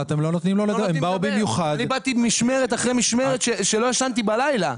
אני באתי אחרי משמרת שלא ישנתי בלילה.